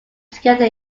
together